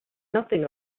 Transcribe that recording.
nothing